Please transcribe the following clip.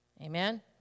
Amen